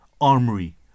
armory